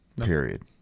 Period